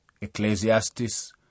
Ecclesiastes